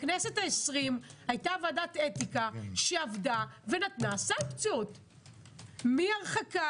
בכנסת העשרים הייתה ועדת אתיקה שעבדה ונתנה סנקציות מהרחקה,